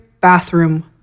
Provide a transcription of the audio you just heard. bathroom